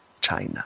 China